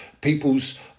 people's